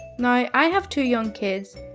now, i have two young kids.